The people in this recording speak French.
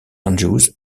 andrews